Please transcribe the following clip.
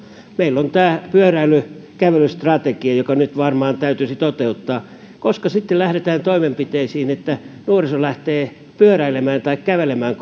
meillä on pyöräily ja kävelystrategia joka nyt varmaan täytyisi toteuttaa että lähdetään toimenpiteisiin että nuoriso lähtee pyöräilemään tai kävelemään